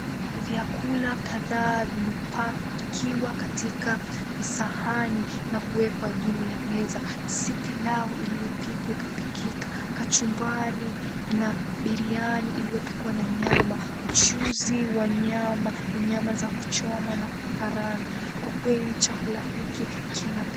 Vyakula kadhaa vimepakiwa katika visahani na kuwekwa katika juu ya meza, si pilau iliyopikwa ikapikika, kachumbari na biriani iliyopikwa na nyama, mchuzi wa nyama na nyama za kuchoma na kukaranga, kwa kweli chakula hiki kinapendeza.